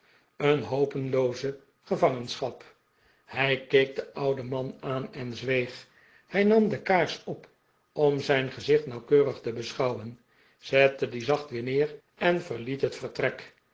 een hopelooze gevangensehap hij keek den ouden man aan en zweeg hij nam de kaars op om zijn gezicht nauwkeurig te beschouwen zette die zacht weer neer en verliet het vertrek